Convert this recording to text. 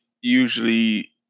usually